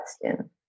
question